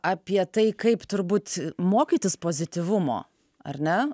apie tai kaip turbūt mokytis pozityvumo ar ne